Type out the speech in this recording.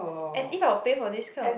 as if I would pay for this kind of